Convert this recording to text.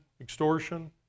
extortion